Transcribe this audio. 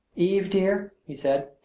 eve, dear, he said,